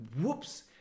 whoops